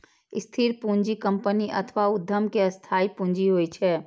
स्थिर पूंजी कंपनी अथवा उद्यम के स्थायी पूंजी होइ छै